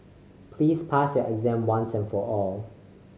please pass your exam once and for all